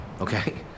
okay